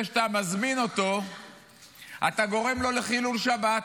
שאתה מזמין אותו זה שאתה גורם לו לחילול שבת,